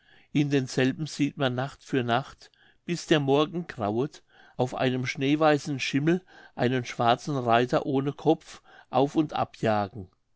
in denselben sieht man nacht für nacht bis der morgen grauet auf einem schneeweißen schimmel einen schwarzen reiter ohne kopf auf und ab jagen